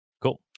Cool